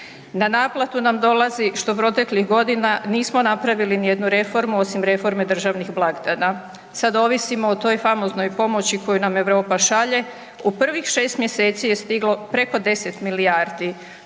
Na naplatu nam dolazi, što proteklih godina nismo napravili nijednu reformu osim reforme državnih blagdana. Sad ovisimo o toj famoznoj pomoći koju nam Europa šalje. U prvih 6 mjeseci je stiglo preko 10 milijardi.